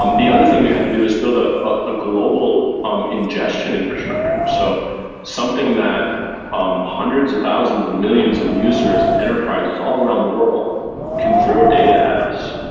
um the other thing we had to do is build a ah global um ingestion infrastructure, so something that um hundreds of thousands and millions of users and enterprises all around the world can throw data at us,